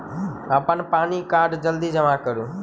अप्पन पानि कार्ड जल्दी जमा करू?